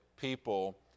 people